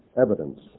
evidence